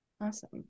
awesome